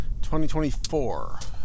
2024